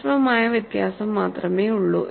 സൂക്ഷ്മമായ വ്യത്യാസം മാത്രമേയുള്ളൂ